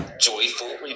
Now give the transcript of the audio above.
Joyful